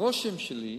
הרושם שלי הוא,